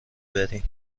برین